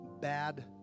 bad